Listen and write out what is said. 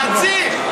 חצי.